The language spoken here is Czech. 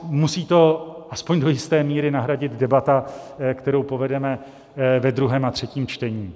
Musí to aspoň do jisté míry nahradit debata, kterou povedeme ve druhém a třetím čtení.